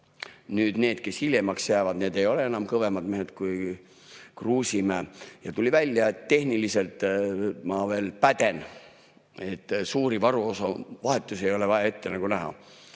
Nüüd need, kes hiljemaks jäävad, ei ole enam kõvemad mehed kui Kruusimäe. Tuli välja, et tehniliselt ma veel päden, suuri varuosade vahetusi ei ole vaja ette näha.